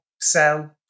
sell